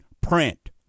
print